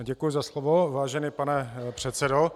Děkuji za slovo, vážený pane předsedo.